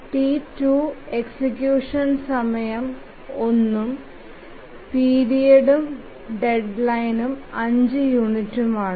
task 2 execution സമയം 1 ഉം പിരീഡും ഡെഡ്ലൈൻ 5 യൂണിറ്റുകളാണ്